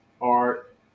art